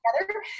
together